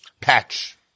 patch